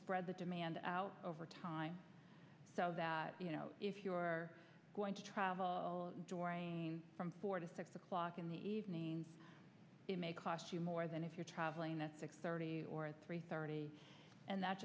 spread the demand out over time so that if you're going to travel from four to six o'clock in the evening it may cost you more than if you're traveling at six thirty or three thirty and that